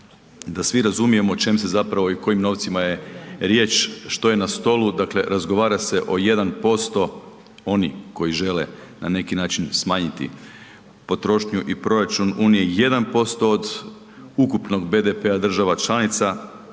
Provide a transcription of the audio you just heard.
Da svi razumijemo o čem se zapravo i kojim novcima je riječ, što je na stolu, dakle razgovara se o 1% onih koji žele na neki način smanjiti potrošnju i proračun unije 1% od ukupnog BDP-a država članica,